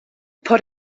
por